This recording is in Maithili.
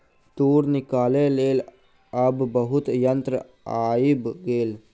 तूर निकालैक लेल आब बहुत यंत्र आइब गेल